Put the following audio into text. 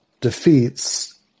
defeats